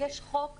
החוק עובד.